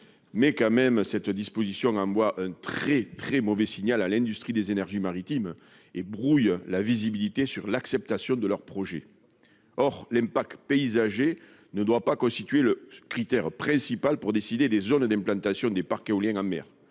mais quand même, cette disposition envoie un très très mauvais signal à l'industrie des énergies maritime et brouille la visibilité sur l'acceptation de leur projet, or l'aime pas paysager ne doit pas constituer le critère principal pour décider des zones d'implantation des parcs éoliens en mer